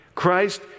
Christ